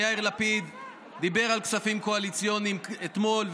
שיאיר לפיד דיבר על כספים קואליציוניים אתמול,